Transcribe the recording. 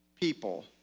people